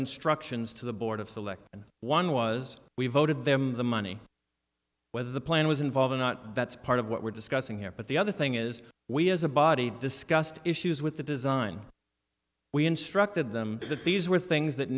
instructions to the board of selectmen one was we voted them the money whether the plan was involved or not that's part of what we're discussing here but the other thing is we as a body discussed issues with the design we instructed them that these were things that